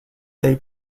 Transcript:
they